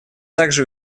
также